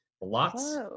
lots